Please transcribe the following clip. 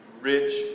rich